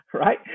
Right